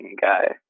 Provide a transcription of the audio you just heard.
guy